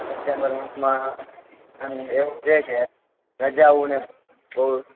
અત્યારના ગ્રુપમાં એવું છે કે રજાઓને બહુ